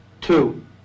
Two